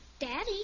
Daddy